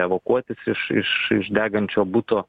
evakuotis iš iš iš degančio buto